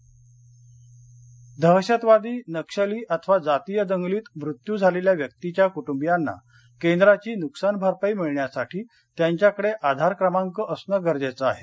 आधार दहशतवादी नक्षली अथवा जातीय दंगलीत मृत्यू झालेल्या व्यक्तीच्या कुटुंबियांना केंद्राची नुकसान भरपाई मिळण्यासाठी त्यांच्याकडे आधार क्रमांक असण गरजेचं आहे